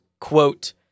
quote